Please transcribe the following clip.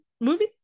movie